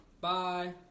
Bye